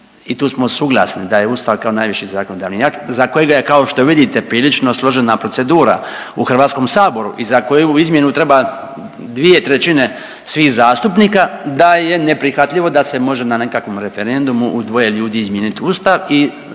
i tu smo suglasni da je Ustav kao najviši zakonodavni akt za kojega je kao što vidite prilično složena procedura u Hrvatskom saboru i za koju izmjenu treba 2/3 svih zastupnika da je neprihvatljivo da se može na nekakvom referendumu dvoje ljudi izmijeniti Ustav i